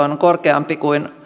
on korkeampi kuin